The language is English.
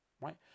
right